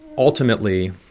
ultimately,